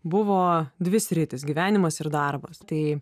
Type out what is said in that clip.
buvo dvi sritys gyvenimas ir darbas tai